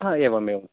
हा एवम् एवं